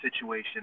situation